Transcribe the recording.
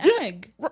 egg